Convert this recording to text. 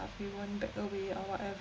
we won't back away or whatever